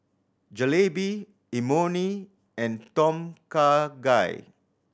Jalebi Imoni and Tom Kha Gai